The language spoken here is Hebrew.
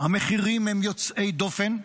המחירים הם יוצאי דופן,